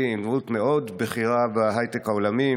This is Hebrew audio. עם דמות מאוד בכירה בהייטק העולמי,